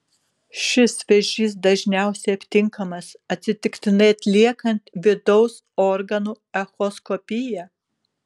šis vėžys dažniausiai aptinkamas atsitiktinai atliekant vidaus organų echoskopiją